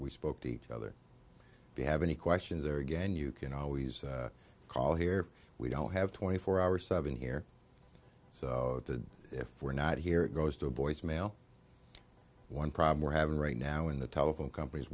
we spoke to each other be have any questions or again you can always call here we don't have twenty four hour seven here so the if we're not here goes to voicemail one problem we're having right now in the telephone companies